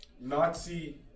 Nazi